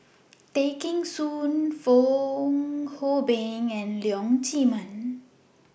Tay Kheng Soon Fong Hoe Beng and Leong Chee Mun